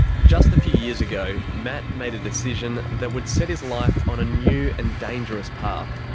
just a few years ago, matt made a decision that would set his life on a new and dangerous path.